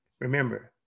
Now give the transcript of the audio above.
remember